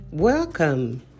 Welcome